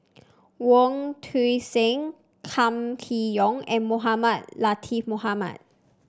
Wong Tuang Seng Kam Kee Yong and Mohamed Latiff Mohamed